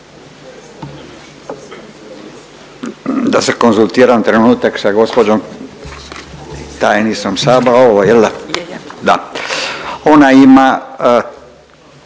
da se konzultiram trenutak sa gđo. tajnicom